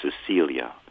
Cecilia